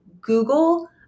Google